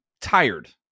tired